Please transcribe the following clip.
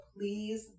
please